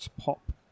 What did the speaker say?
pop